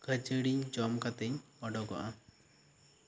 ᱠᱟᱹᱡᱟᱹᱲᱤᱧ ᱡᱚᱢ ᱠᱟᱛᱮ ᱤᱧ ᱚᱰᱚᱠᱚᱜᱼᱟ